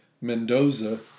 Mendoza